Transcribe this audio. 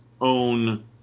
own